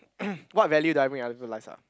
what value do I bring to other people's lives ah